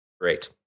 Great